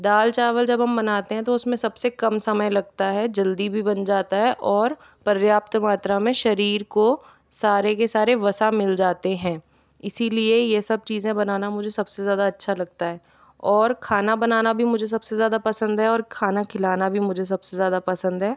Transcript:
दाल चावल जब हम बनाते हैं तो उसमें सबसे कम समय लगता है जल्दी भी बन जाता है और पर्याप्त मात्रा में शरीर को सारे के सारे वसा मिल जाते हैं इसीलिए यह सब चीज़ें बनाना मुझे सबसे ज़्यादा अच्छा लगता है और खाना बनाना भी मुझे सबसे ज़्यादा पसंद है और खाना खिलाना भी मुझे सबसे ज़्यादा पसंद है